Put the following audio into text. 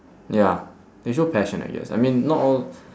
ya they show passion I guess I mean not all